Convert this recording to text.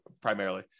primarily